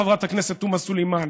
חברת הכנסת תומא סלימאן,